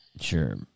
Sure